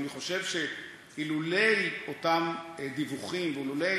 ואני חושב שאילולא אותם דיווחים ואילולא